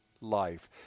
life